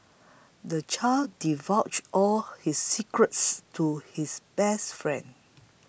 the child divulged all his secrets to his best friend